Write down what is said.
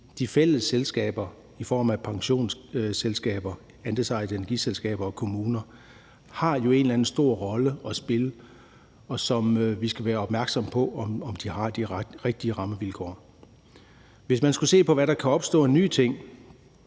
de fælles selskaber i form af pensionsselskaber, andelsejede energiselskaber og kommuner jo har en eller anden stor rolle at spille, hvor vi skal være opmærksomme på, om de har de rigtige rammevilkår. Hvis man skulle se på, hvad der kan opstå af nye ting,